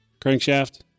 crankshaft